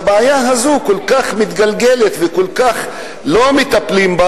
והבעיה הזו כל כך מתגלגלת וכל כך לא מטפלים בה,